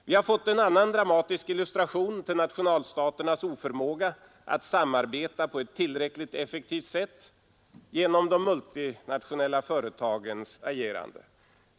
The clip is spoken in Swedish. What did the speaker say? Vi har fått en annan dramatisk illustration till nationalstaternas oförmåga att samarbeta på ett tillräckligt effektivt sätt genom de multinationella företagens agerande.